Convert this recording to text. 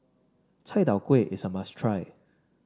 Chai Tow Kuay is a must try